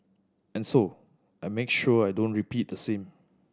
and so I make sure I don't repeat the thing